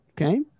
Okay